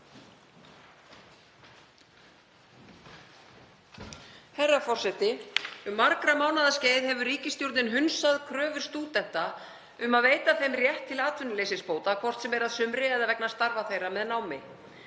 Herra forseti. Um margra mánaða skeið hefur ríkisstjórnin hunsað kröfur stúdenta um að veita þeim rétt til atvinnuleysisbóta, hvort sem er að sumri eða vegna starfa þeirra með námi.